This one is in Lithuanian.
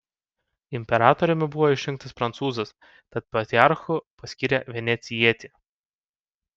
imperatoriumi buvo išrinktas prancūzas tad patriarchu paskyrė venecijietį